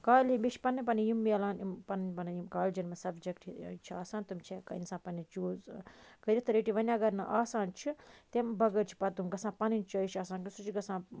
college بیٚیہِ چھِ پَنیٚن پَنیٚن یِم میلان پَنٕنۍ پَنٕنۍ یِم کالجَن مَنٛز سَبجَکٹہٕ چھِ آسان تِم چھ ہیٚکان اِنسان پَنٕنۍ چوٗز کٔرِتھ تُہۍ ہیٚکِو رٔٹِتھ وۅنۍ اَگَر نہٕ آسان چھُ تمہِ بَغٲر چھِ پَتہٕ تِم گژھان پَنٕنۍ چوایِز چھِ آسان کٲنٛسہِ سُہ چھُ گژھان